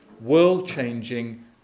world-changing